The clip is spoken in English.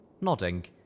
Nodding